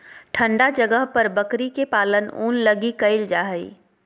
ठन्डा जगह पर बकरी के पालन ऊन लगी कईल जा हइ